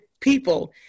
people